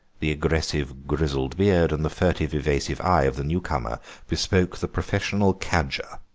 the aggressive, grizzled beard, and the furtive, evasive eye of the new-comer bespoke the professional cadger,